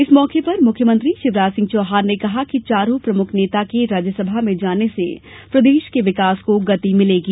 इस मौके पर मुख्यमंत्री शिवराज सिंह चौहान ने कहा कि चारों प्रमुख नेता के राज्यसभा में जाने से प्रदेश के विकास को गति मिलेगी